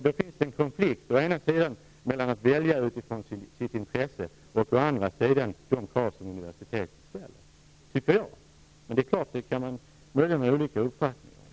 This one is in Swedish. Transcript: Det finns en konflikt mellan att å ena sidan välja utifrån sitt intresse och å andra sidan de krav som universitetet ställer. Det tycker jag, men det är klart att man möjligen kan ha olika uppfattningar om detta.